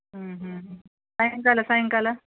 ಹ್ಞೂ ಹ್ಞೂ ಹ್ಞೂ ಸಾಯಂಕಾಲ ಸಾಯಂಕಾಲ